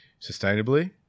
sustainably